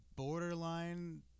borderline